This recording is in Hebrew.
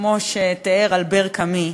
כמו שתיאר אלבר קאמי,